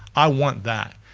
i want that.